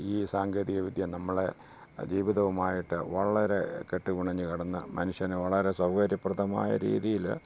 ഈ സാങ്കേതിക വിദ്യ നമ്മളെ ജീവിതവുമായിട്ട് വളരെ കെട്ടുപിണഞ്ഞ് കിടന്ന് മനുഷ്യന് വളരെ സൗകര്യപ്രദമായ രീതിയിൽ